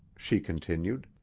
she continued,